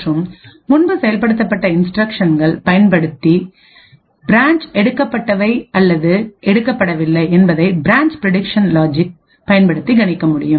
மற்றும் முன்பு செயல்படுத்தப்பட்ட இன்ஸ்டிரக்ஷன் பயன்படுத்திபிரான்ச் எடுக்கப்பட்டவை அல்லது எடுக்கப்படவில்லை என்பதனை பிரான்ச் பிரடிக்சன் லாஜிக்பயன்படுத்தி கணிக்கமுடியும்